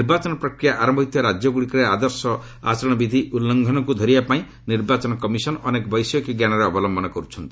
ନିର୍ବାଚନ ପ୍ରକ୍ରିୟା ଆରମ୍ଭ ହୋଇଥିବା ରାଜ୍ୟଗୁଡ଼ିକରେ ଆଦର୍ଶ ଆଚରଣବିଧି ଉଲ୍ଲ୍ଘନକୁ ଧରିବା ପାଇଁ ନିର୍ବାଚନ କମିଶନ ଅନେକ ବୈଷୟିକ ଜ୍ଞାନର ଅବଲମ୍ଭନ କରୁଛନ୍ତି